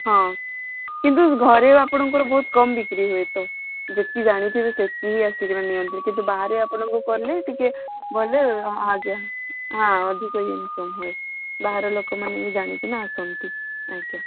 ହଁ କିନ୍ତୁ ଘରେ ବି ଆପଣଙ୍କର ବହୁତ କମ୍ ବିକ୍ରି ହୁଏ ତ ଯେତିକି ଜାଣିଥିବେ ସେତିକି ଆସିକିନା ହିଁ ନିଅନ୍ତି କିନ୍ତୁ ବାହାରେ ଆପଣଙ୍କୁ କଲେ ଟିକେ ଭଲରେ ଆଜ୍ଞା ହଁ ଅଧିକ ଇନକମ୍ ହୁଏ ବାହାର ଲୋକମାନେ ବି ଜାଣିକିନା ଆସନ୍ତି ଆଜ୍ଞା